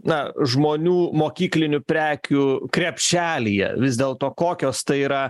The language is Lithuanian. na žmonių mokyklinių prekių krepšelyje vis dėlto kokios tai yra